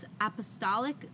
apostolic